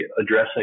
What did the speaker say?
addressing